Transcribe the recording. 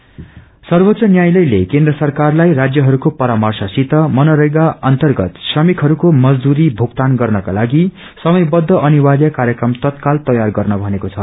मनरेगा सर्वोच्च न्यायाले केन्द्र सरकारलाई राण्यहस्को परार्मशसित मनरेगा अन्तन्त श्रमिकहस्को मजदुरी भुगतान गर्नको लागि समयबद्ध अनिर्वाय कार्यक्रम तत्व्रल तयार गर्न भनेको छ